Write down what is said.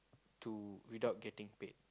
to without getting paid